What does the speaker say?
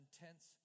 intense